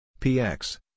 px